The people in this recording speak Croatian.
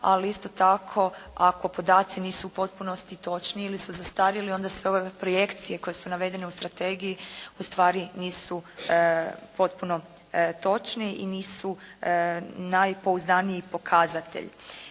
ali isto tako ako podaci nisu u potpunosti točni ili su zastarjeli onda sve ove projekcije koje su navedene u strategiji ustvari nisu potpuno točne i nisu najpouzdaniji pokazatelj.